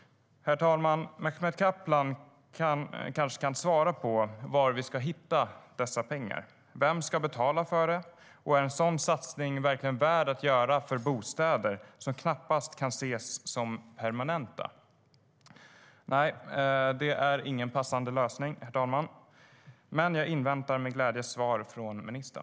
Herr talman! Mehmet Kaplan kanske kan svara på var vi ska hitta dessa pengar. Vem ska betala för detta? Är en sådan satsning verkligen värd att göra för bostäder som knappast kan ses som permanenta? Nej, det är ingen passande lösning, herr talman, men jag inväntar med glädje svar från ministern.